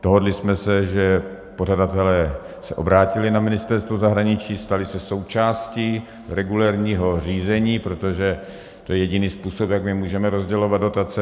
Dohodli jsme se, že pořadatelé se obrátili na Ministerstvo zahraničí (?), stali se součástí regulérního řízení, protože to je jediný způsob, jak my můžeme rozdělovat dotace.